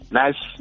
nice